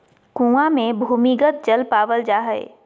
कुआँ मे भूमिगत जल पावल जा हय